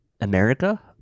America